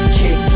kick